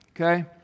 Okay